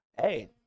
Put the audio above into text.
Hey